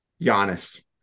Giannis